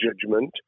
judgment